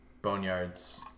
Boneyards